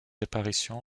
apparitions